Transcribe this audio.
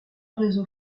réseau